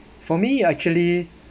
for me actually